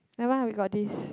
never mind we got this